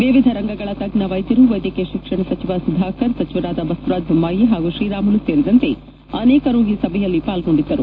ವಿವಿಧ ರಂಗಗಳ ತಜ್ಞ ವೈದ್ಯರು ವೈದ್ಯಕೀಯ ಶಿಕ್ಷಣ ಸಚಿವ ಸುಧಾಕರ್ ಸಚಿವರಾದ ಬಸವರಾಜ್ ಬೊಮ್ಮಾಯಿ ಹಾಗೂ ಶ್ರೀರಾಮುಲು ಸೇರಿದಂತೆ ಅನೇಕರು ಈ ಸಭೆಯಲ್ಲಿ ಪಾಲ್ಗೊಂಡಿದ್ದರು